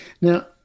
Now